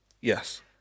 Yes